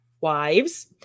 Wives